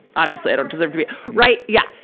obviously, i don't deserve to be right? yeah.